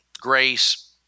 grace